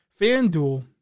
FanDuel